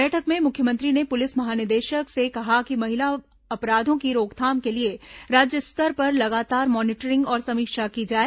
बैठक में मुख्यमंत्री ने पुलिस महानिदेशक से कहा कि महिला अपराधों की रोकथाम के लिए राज्य स्तर पर लगातार मॉनिटरिंग और समीक्षा की जाए